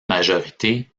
majorité